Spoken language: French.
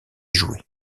jouée